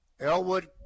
Elwood